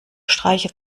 streiche